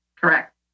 correct